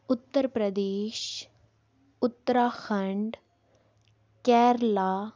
Uttar Pradesh Uttarakhand Kerala